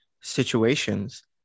situations